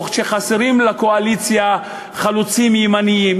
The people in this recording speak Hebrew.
או שחסרים לקואליציה חלוצים ימניים,